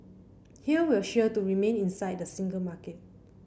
here we're sure to remain inside the single market